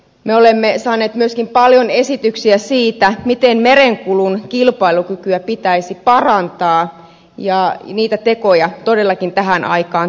me olemme saaneet myöskin paljon esityksiä siitä miten merenkulun kilpailu kykyä pitäisi parantaa ja niitä tekoja todellakin tähän aikaan tarvitaan